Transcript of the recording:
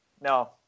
No